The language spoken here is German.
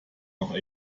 noch